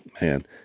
man